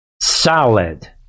solid